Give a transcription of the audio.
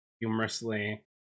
humorously